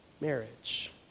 marriage